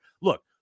Look